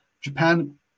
Japan